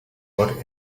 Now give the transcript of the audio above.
more